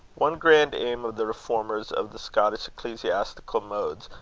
one grand aim of the reformers of the scottish ecclesiastical modes,